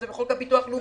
זה בחוק הביטוח הלאומי.